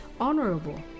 honorable